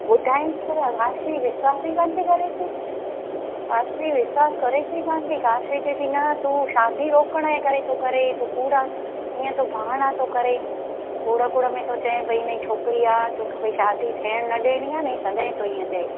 ॿुधाईंसि पर काशवी विश्वासु ई कोन्ह थी करेसि काशवी विश्वासु करेसि कोन्ह थी काशवी चएसि थी न तूं शादी रोकण जे करे थो करें तूं कूड़ा ईअं थो बहाना थो करें कूड़ कूड़ में थो चईं भाई इनजी छोकिरी आहे तोखे भाई शादी थियण न ॾियणी आहे नी तॾहिं थो ईअं चईं